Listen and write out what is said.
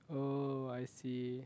oh I see